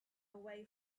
away